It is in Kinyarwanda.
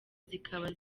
zikaba